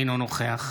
אינו נוכח